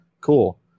Cool